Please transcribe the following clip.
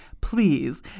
please